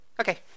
Okay